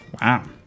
Wow